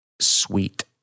sweet